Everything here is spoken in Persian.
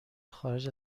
خارج